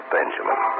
Benjamin